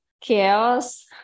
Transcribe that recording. chaos